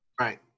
Right